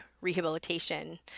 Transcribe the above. rehabilitation